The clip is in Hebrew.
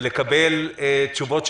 ולקבל ממנו תשובות.